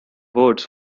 words